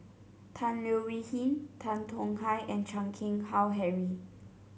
Tan Leo Wee Hin Tan Tong Hye and Chan Keng Howe Harry